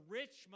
rich